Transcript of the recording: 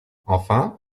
enfin